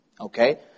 Okay